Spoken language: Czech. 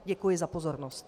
Děkuji za pozornost.